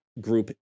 group